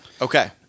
Okay